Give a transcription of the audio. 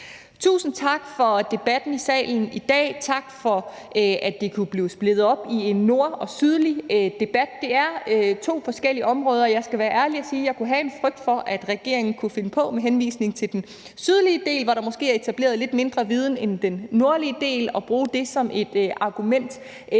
Tusind tak for debatten i salen i dag. Tak for, at det kunne blive splittet op i en debat om den nordlige og sydlige del. Det er to forskellige områder. Jeg skal være ærlig at sige, at jeg kunne have en frygt for, at regeringen med henvisning til den sydlige del, som der måske er etableret lidt mindre viden om i forhold til den nordlige del, kunne finde på at bruge